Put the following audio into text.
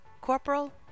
Corporal